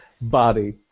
body